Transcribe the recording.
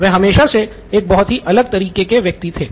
वह हमेशा से एक बहुत अलग तरह के व्यक्ति थे